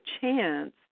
chance